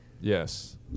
Yes